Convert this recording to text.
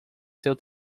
seu